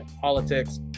politics